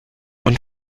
und